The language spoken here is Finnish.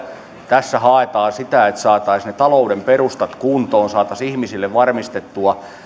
tässä haetaan sitä että saataisiin ne talouden perustat kuntoon saataisiin ihmisille varmistettua